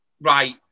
right